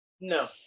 no